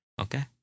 Okay